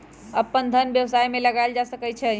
अप्पन धन व्यवसाय में लगायल जा सकइ छइ